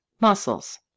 Muscles